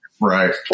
Right